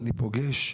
אני פוגש,